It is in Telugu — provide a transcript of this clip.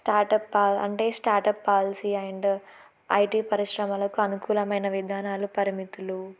స్టార్ట్అప్ ప అంటే స్టార్ట్అప్ పాలసీ అండ్ ఐటీ పరిశ్రమలకు అనుకూలమైన విధానాలు పరిమితులు